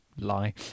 Lie